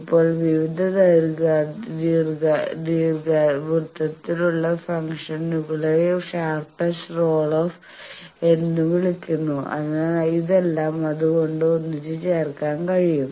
ഇപ്പോൾ വിവിധ ദീർഘവൃത്താകൃതിയിലുള്ള ഫംഗ്ഷനുകളെ ഷാർപ്പസ്റ്റ് റോൾ ഓഫ് എന്ന് വിളിക്കുന്നു അതിനാൽ ഇതെല്ലാം അത് കൊണ്ട് ഒന്നിച്ചുചേർക്കാൻ കഴിയും